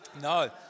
no